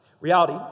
Reality